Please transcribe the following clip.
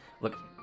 Look